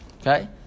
Okay